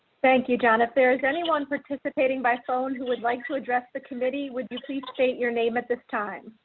thank you, john if there's anyone participating by phone, who would like to address the committee, would you please state your name at this time.